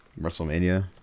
WrestleMania